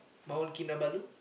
Mount-Kinabalu